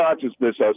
consciousness